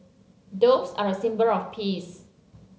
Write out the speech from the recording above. doves are a symbol of peace